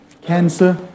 Cancer